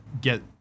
get